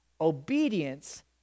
obedience